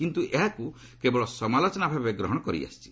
କିନ୍ତୁ ଏହାକୁ କେବଳ ସମାଲୋଚନା ଭାବେ ଗ୍ରହଣ କରି ଆସିଛି